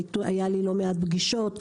היו לי לא מעט פגישות.